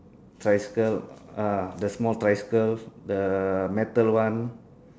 tricycle uh the small tricycle the metal one